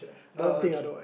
oh okay